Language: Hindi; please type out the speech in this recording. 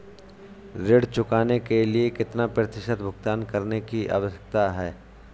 ऋण चुकाने के लिए कितना प्रतिशत भुगतान करने की आवश्यकता है?